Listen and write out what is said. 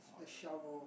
the shovel